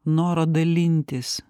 noro dalintis